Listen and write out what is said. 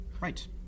Right